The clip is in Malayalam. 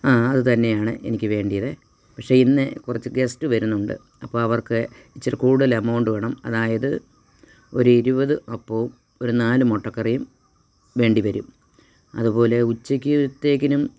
ആ അത് തന്നെയാണ് എനിക്ക് വേണ്ടിയത് പക്ഷേ ഇന്ന് കുറച്ച് ഗസ്റ്റ് വരുന്നുണ്ട് അപ്പം അവർക്ക് ഇച്ചിരി കൂടുതൽ എമൗണ്ട് വേണം അതായത് ഒരു ഇരുപത് അപ്പവും ഒരു നാല് മുട്ടക്കറിയും വേണ്ടി വരും അതുപോലെ ഉച്ചക്കത്തേക്കിനും